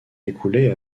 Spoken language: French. écoulée